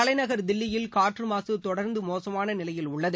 தலைநகர் தில்லியில் காற்று மாசு தொடர்ந்து மோசமான நிலையில் உள்ளது